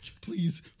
Please